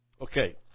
Okay